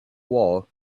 war